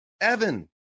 Evan